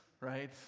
right